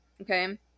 Okay